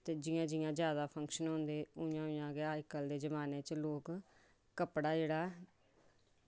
ते जियां जियां जादै फंक्शन होंदे ते उ'आं उ'आं गै अज्जकल दे जमान्ने च लोक कपड़ा जेह्ड़ा